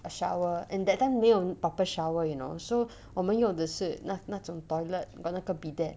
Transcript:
a shower and that time 没有 proper shower you know so 我们用的是那那种 toilet got 那个 bidet